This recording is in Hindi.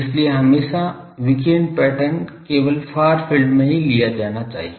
इसलिए हमेशा विकिरण पैटर्न केवल फार फील्ड में ही लिया जाना चाहिए